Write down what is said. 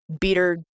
beater